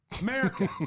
America